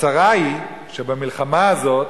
הצרה היא שבמלחמה הזאת,